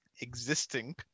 existing